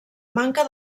manca